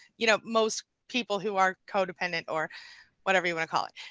you know most people who are codependent or whatever you want to call it.